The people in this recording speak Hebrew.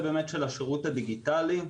נוסף זה הנושא של השירות הדיגיטלי.